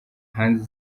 hanze